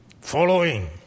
Following